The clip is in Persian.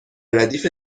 ردیف